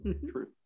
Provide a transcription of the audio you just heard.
True